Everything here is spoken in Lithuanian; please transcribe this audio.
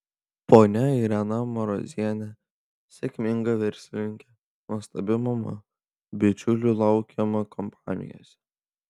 ponia irena marozienė sėkminga verslininkė nuostabi mama bičiulių laukiama kompanijose